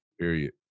Period